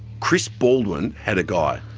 chris baldwin had a guy.